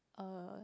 uh